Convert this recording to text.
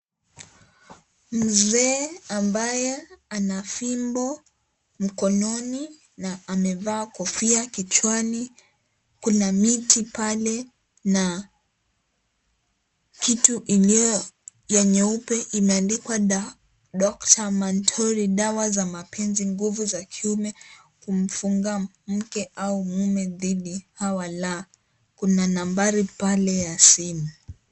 Mzee ambaye ana fimbo mkononi na amevaa kofia kichwani. Kuna miti pale na kitu ingine ya nyeupe imeadhikuwa Dr. Mantori, dawa za mapenzi, nguvu za kiume, kumfunga mke au mume didi hawala. Kuna nambari pale ya simu.